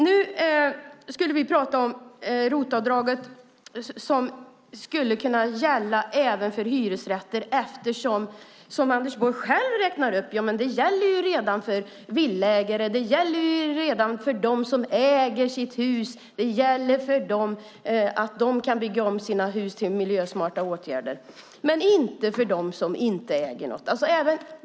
Nu skulle vi prata om att ROT-avdraget skulle kunna gälla även för hyresrätter, eftersom det redan gäller för villaägare och för dem som äger sitt hus, som Anders Borg själv räknar upp. De kan bygga om sina hus med miljösmarta åtgärder, men inte de som inte äger något.